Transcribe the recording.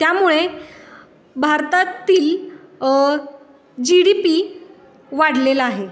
त्यामुळे भारतातील G D P वाढलेला आहे